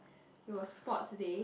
it was sports day